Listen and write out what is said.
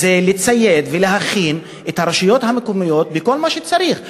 היא לצייד ולהכין את הרשויות המקומיות בכל מה שצריך,